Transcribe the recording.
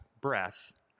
Breath